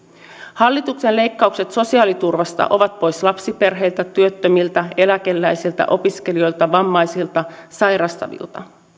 hallituksen leikkaukset sosiaaliturvasta ovat pois lapsiperheiltä työttömiltä eläkeläisiltä opiskelijoilta vammaisilta sairastavilta